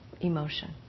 emotion